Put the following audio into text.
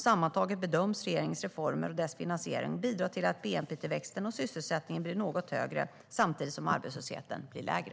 Sammantaget bedöms regeringens reformer och deras finansiering bidra till att bnp-tillväxten och sysselsättningen blir något högre samtidigt som arbetslösheten blir lägre.